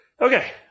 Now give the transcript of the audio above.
Okay